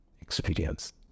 experience